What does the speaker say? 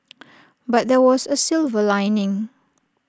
but there was A silver lining